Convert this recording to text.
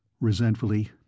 Resentfully